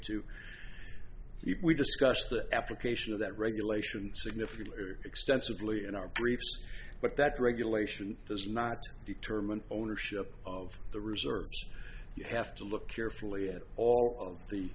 we discussed the application of that regulation significant extensively in our briefs but that regulation does not determine ownership of the reserve you have to look carefully at all